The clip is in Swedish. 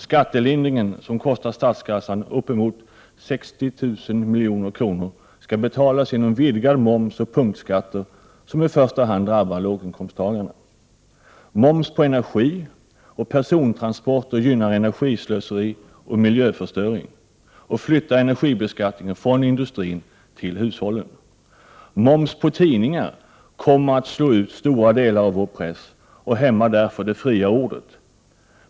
Skattelindringen som kostar statskassan ungefär 60 000 milj.kr., skall betalas genom vidgad moms och punktskatter, som i första hand drabbar låginkomsttagarna. Moms på energi och persontransporter gynnar energislöseri och miljöförstöring och flyttar energibeskattningen från industrin till hushållen. Moms på tidningar kommer att slå ut stora delar av vår press och hämmar därför det fria ordet.